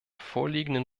vorliegenden